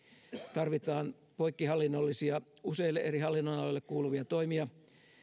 tarvitaan poikkihallinnollisia useille eri hallinnonaloille kuuluvia toimia